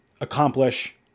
accomplish